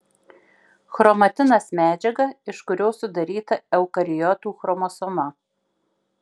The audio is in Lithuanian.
chromatinas medžiaga iš kurios sudaryta eukariotų chromosoma